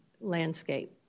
landscape